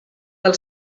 del